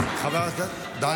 טלי.